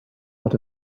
out